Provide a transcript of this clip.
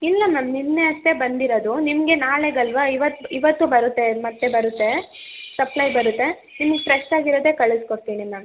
ಇಲ್ಲ ಮ್ಯಾಮ್ ನಿನ್ನೆ ಅಷ್ಟೇ ಬಂದಿರೋದು ನಿಮಗೆ ನಾಳೆಗಲ್ಲವ ಇವತ್ತು ಇವತ್ತು ಬರುತ್ತೆ ಮತ್ತೆ ಬರುತ್ತೆ ಸಪ್ಲೈ ಬರುತ್ತೆ ನಿಮಗೆ ಫ್ರೆಶ್ಶಾಗಿ ಇರೋದೇ ಕಳ್ಸಿಕೊಡ್ತೀನಿ ಮ್ಯಾಮ್